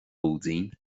lúidín